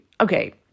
Okay